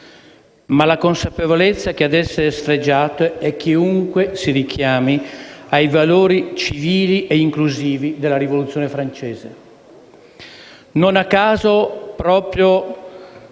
ma la consapevolezza che ad essere sfregiato è chiunque si richiami ai valori civili e inclusivi della Rivoluzione francese. Non a caso, proprio